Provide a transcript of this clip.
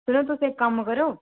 यरो तुस इक्क कम्म करो